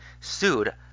sued